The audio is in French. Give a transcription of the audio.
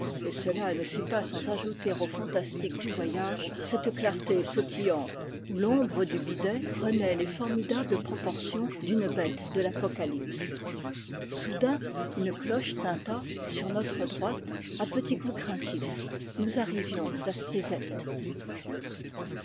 et cela ne fut pas sans ajouter au fantastique du voyage cette clarté sautillante où l'ombre du bidet prenait les formidables proportions d'une bête de l'apocalypse soudain une cloche tinta sur notre droite à petits coups craintifs nous arrivions